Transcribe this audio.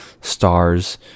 stars